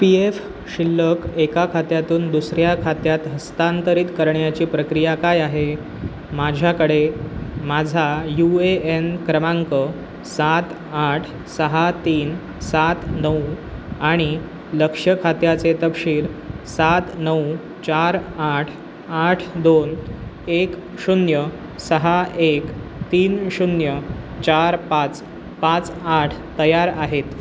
P F शिल्लक एका खात्यातून दुसऱ्या खात्यात हस्तांतरित करण्याची प्रक्रिया काय आहे माझ्याकडे माझा यू ए एन क्रमांक सात आठ सहा तीन सात नऊ आणि लक्ष्य खात्याचे तपशील सात नऊ चार आठ आठ दोन एक शून्य सहा एक तीन शून्य चार पाच पाच आठ तयार आहेत